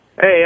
Hey